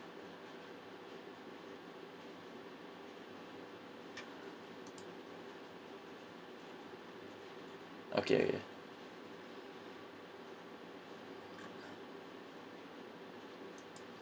okay